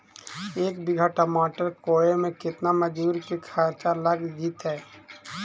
एक बिघा टमाटर कोड़े मे केतना मजुर के खर्चा लग जितै?